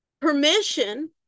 permission